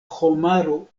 homaro